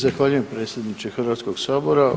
Zahvaljujem, predsjedniče Hrvatskog sabora.